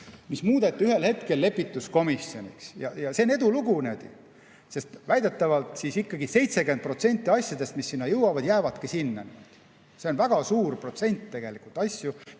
mis muudeti ühel hetkel lepituskomisjoniks. Ja see on edulugu. Sest väidetavalt 70% asjadest, mis sinna jõuavad, jäävadki sinna. See on väga suur protsent asju,